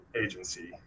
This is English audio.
agency